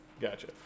gotcha